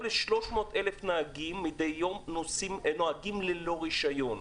ל-300,000 נהגים מדי יום נוהגים ללא רישיון.